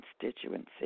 constituency